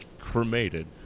cremated